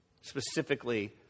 Specifically